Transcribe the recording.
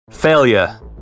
Failure